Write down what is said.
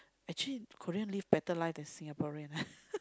actually Korean live better life than the Singaporean